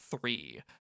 three